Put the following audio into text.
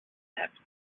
happened